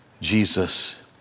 Jesus